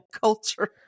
culture